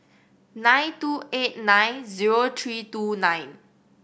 nine two eight nine zero three two nine